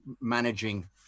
managing